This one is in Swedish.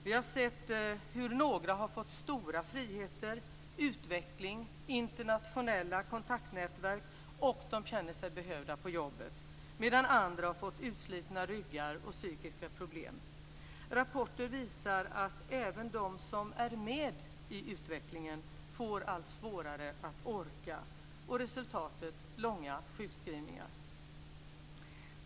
Vi har sett hur några har fått stora friheter, har fått utveckling och internationella kontaktnätverk och känner sig behövda på jobbet, medan andra har fått utslitna ryggar och psykiska problem. Rapporter visar att även de som är med i utvecklingen får allt svårare att orka och resultatet blir långa sjukskrivningar.